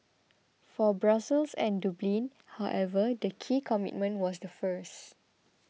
for Brussels and Dublin however the key commitment was the first